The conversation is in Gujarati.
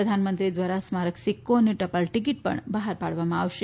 પ્રધાનમંત્રી દ્વારા સ્મારક સિક્કો અને ટપાલ ટીકીટ પણ બહાર પાડવામાં આવશે